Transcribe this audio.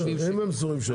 אם הם סבורים שלא אז לא.